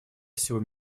всего